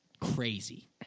crazy